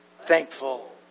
thankful